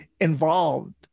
involved